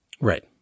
Right